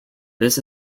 this